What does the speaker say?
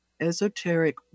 esoteric